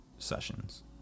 sessions